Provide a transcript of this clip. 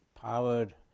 powered